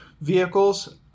vehicles